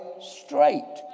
straight